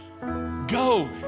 Go